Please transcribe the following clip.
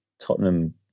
Tottenham